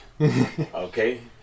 Okay